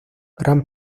gran